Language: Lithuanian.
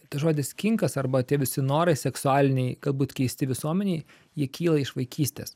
tas žodis kinkas arba tie visi norai seksualiniai galbūt keisti visuomenei jie kyla iš vaikystės